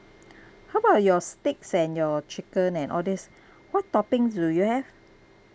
how about your steaks and your chicken and all this what toppings do you have